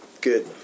Good